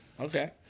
Okay